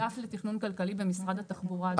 האגף לתכנון כלכלי במשרד התחבורה.